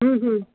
हम्म हम्म